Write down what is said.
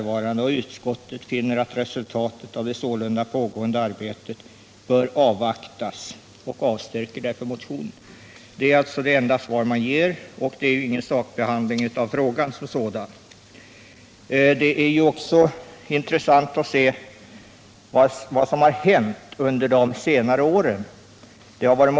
Utskottet finner att resultatet av det sålunda pågående arbetet —-—-—- bör avvaktas och avstyrker motionen.” Det är det enda som utskottet anför i frågan, och det innebär, som jag nämnt, att man inte går in på någon sakbehandling. Det är också intressant att se vad som har hänt under senare år på detta område.